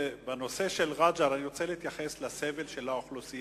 בנושא של רג'ר אני רוצה להתייחס לסבל של האוכלוסייה.